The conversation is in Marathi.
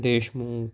देशमुख